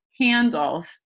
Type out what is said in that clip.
handles